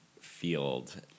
field